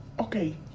Okay